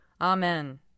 Amen